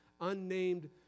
unnamed